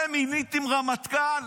אתם מיניתם רמטכ"ל